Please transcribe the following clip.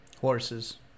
horses